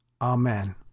Amen